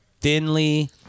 thinly